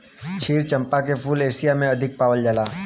क्षीर चंपा के फूल एशिया में अधिक पावल जाला